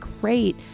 great